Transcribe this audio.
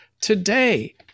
today